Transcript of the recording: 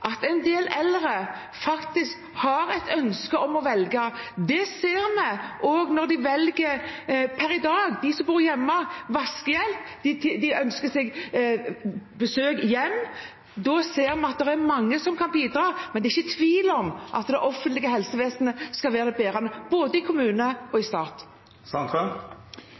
at en del eldre har et ønske om å velge. Det ser vi også når de som bor hjemme i dag, velger vaskehjelp. De ønsker hjemmebesøk. Vi ser at det er mange som kan bidra. Men det er ikke tvil om at det offentlige helsevesenet skal være det bærende, både i kommune og i